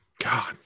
God